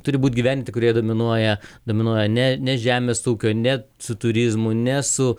turi būt gyventi kurie dominuoja dominuoja ne ne žemės ūkio net su turizmu ne su